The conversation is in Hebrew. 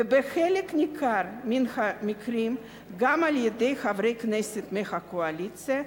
ובחלק ניכר מן המקרים גם על-ידי חברי כנסת מהקואליציה,